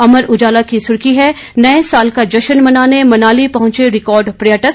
अमर उजाला की सुर्खी है नए साल का जश्न मनाने मनाली पहुंचे रिकार्ड पर्यटक